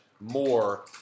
more